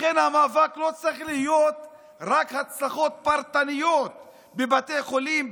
לכן המאבק לא צריך להיות רק הצלחות פרטניות בבתי חולים,